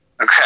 Okay